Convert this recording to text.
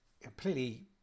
completely